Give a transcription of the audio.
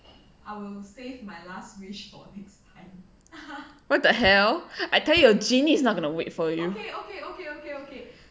what the hell I tell you the genie is not going to wait for you